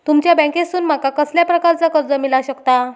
तुमच्या बँकेसून माका कसल्या प्रकारचा कर्ज मिला शकता?